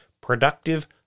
Productive